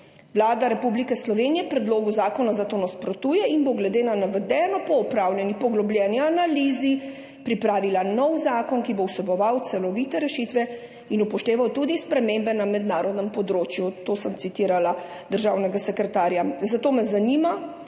Vlada Republike Slovenije predlogu zakona zato nasprotuje in bo glede na navedeno po opravljeni poglobljeni analizi pripravila nov zakon, ki bo vseboval celovite rešitve in upošteval tudi spremembe na mednarodnem področju.« Citirala sem državnega sekretarja. Zanima